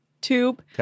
tube